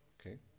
Okay